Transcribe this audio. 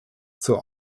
zur